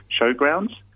showgrounds